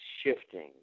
shifting